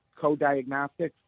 CoDiagnostics